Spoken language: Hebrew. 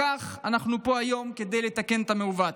לכן אנחנו פה היום, כדי לתקן את המעוות.